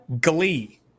Glee